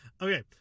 Okay